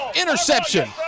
interception